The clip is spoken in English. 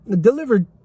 delivered